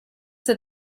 that